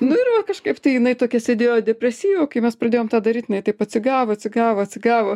nu ir va kažkaip tai jinai tokia sėdėjo depresyvi o kai mes pradėjom tą daryt jinai taip atsigavo atsigavo atsigavo